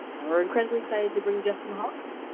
and we're incredibly excited to bring justin hall here.